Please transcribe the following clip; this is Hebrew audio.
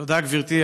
תודה, גברתי.